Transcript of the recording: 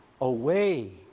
away